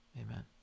Amen